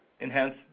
enhance